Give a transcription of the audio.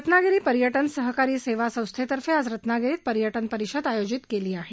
रत्नागिरी पर्यटन सहकारी सेवा संस्थेतर्फे आज रत्नागिरीत पर्यटन परिषद आयोजित केली आहे